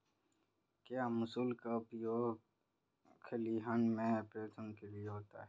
क्या मूसल का उपयोग खलिहान में थ्रेसिंग के लिए होता है?